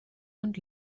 und